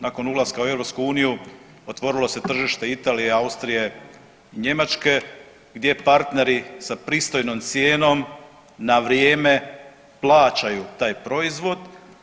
Nakon ulaska u EU otvorilo se tržište Italije, Austrije, Njemačke gdje partneri sa pristojnom cijenom na vrijeme plaćaju taj proizvod.